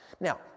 Now